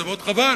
זה מאוד חבל.